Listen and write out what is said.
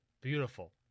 beautiful